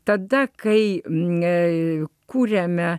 tada kai kūrėme